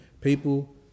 people